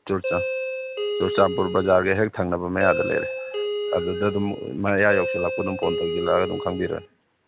ꯆꯨꯔꯆꯥꯟꯄꯨꯔ ꯕꯖꯥꯔꯒ ꯍꯦꯛ ꯊꯪꯅꯕ ꯃꯌꯥꯗ ꯂꯩꯔꯦ ꯑꯗꯨꯗ ꯑꯗꯨꯝ ꯃꯌꯥ ꯌꯧꯁꯤꯜꯂꯛꯄꯗ ꯑꯗꯨꯝ ꯐꯣꯟ ꯇꯧꯁꯤꯜꯂꯛꯑꯒ ꯑꯗꯨꯝ ꯈꯪꯕꯤꯔꯅꯤ